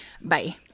Bye